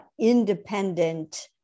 independent